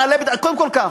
קודם כול כך: